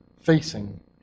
facing